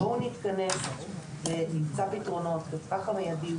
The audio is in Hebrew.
בואו נתכנס ונמצא פתרונות לטווח המיידי,